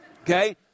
okay